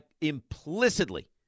implicitly